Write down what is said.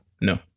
No